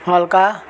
हलका